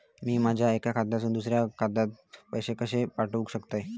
मी माझ्या एक्या खात्यासून दुसऱ्या खात्यात पैसे कशे पाठउक शकतय?